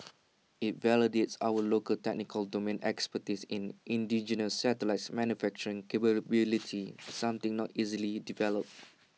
IT validates our local technical domain expertise in indigenous satellites manufacturing capability something not easily developed